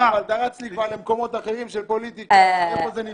אתה 'רץ' לי כבר למקומות אחרים של פוליטיקה ואיפה זה נמצא.